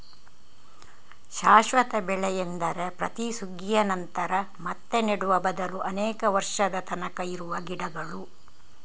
ಶಾಶ್ವತ ಬೆಳೆ ಎಂದರೆ ಪ್ರತಿ ಸುಗ್ಗಿಯ ನಂತರ ಮತ್ತೆ ನೆಡುವ ಬದಲು ಅನೇಕ ವರ್ಷದ ತನಕ ಇರುವ ಗಿಡಗಳು